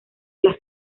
las